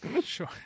Sure